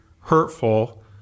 hurtful